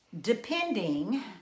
depending